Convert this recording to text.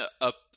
up